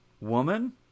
woman